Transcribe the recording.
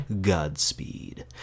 Godspeed